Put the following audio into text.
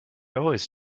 always